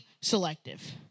selective